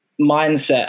mindset